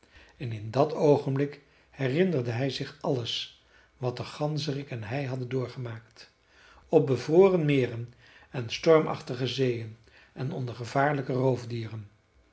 en in dat oogenblik herinnerde hij zich alles wat de ganzerik en hij hadden doorgemaakt op bevroren meren en stormachtige zeeën en onder gevaarlijke roofdieren